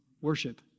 worship